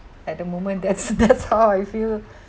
at the moment that's that's how I feel